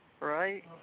Right